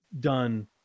done